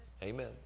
Amen